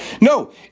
No